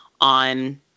on